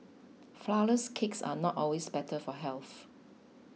Flourless Cakes are not always better for health